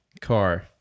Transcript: Car